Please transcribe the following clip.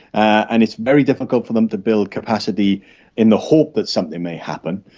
and it's very difficult for them to build capacity in the hope that something may happen.